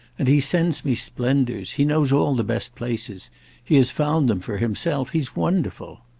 and he sends me splendours he knows all the best places he has found them for himself he's wonderful.